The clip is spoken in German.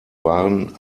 waren